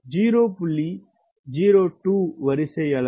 02 வரிசை அளவு